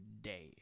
day